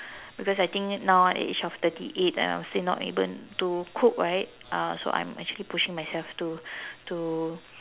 because I think now at the age of thirty eight ah I am still not able to cook right ah so I'm actually pushing myself to to